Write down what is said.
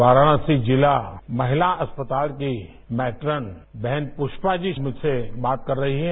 वाराणसी जिला महिला अस्पताल की मैट्रन बहन प्रष्पाजी मुझ से बात कर रही हैं